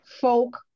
folk